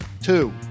Two